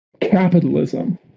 capitalism